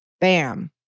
Bam